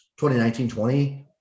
2019-20